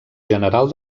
general